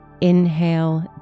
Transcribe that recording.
Inhale